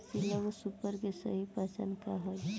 Single super के सही पहचान का हई?